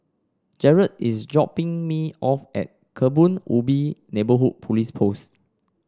Jarad is dropping me off at Kebun Ubi Neighbourhood Police Post